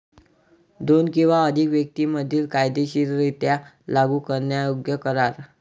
दोन किंवा अधिक व्यक्तीं मधील कायदेशीररित्या लागू करण्यायोग्य करार